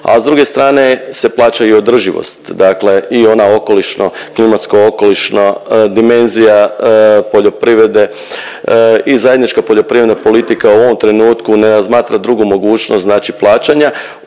a s druge strane se plaća i održivost, dakle i ona okolišno, klimatsko-okolišna dimenzija poljoprivrede i zajednička poljoprivredna politika u ovom trenutku ne razmatra drugu mogućnost znači plaćanja.